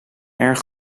erg